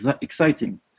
exciting